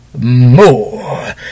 more